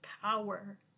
power